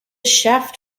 shaft